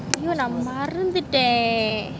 நா மறந்துட்டேன்:na maranthutean